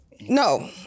No